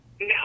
No